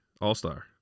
All-Star